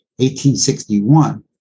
1861